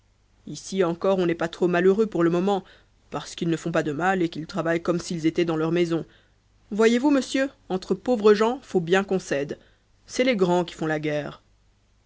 ici encore on n'est pas trop malheureux pour le moment parce qu'ils ne font pas de mal et qu'ils travaillent comme s'ils étaient dans leurs maisons voyez-vous monsieur entre pauvres gens faut bien qu'on s'aide c'est les grands qui font la guerre